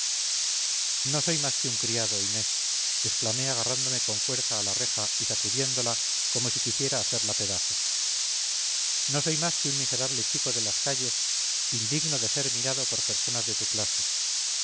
no soy más que un criado inés exclamé agarrándome con fuerza a la reja y sacudiéndola como si quisiera hacerla pedazos no soy más que un miserable chico de las calles indigno de ser mirado por personas de tu clase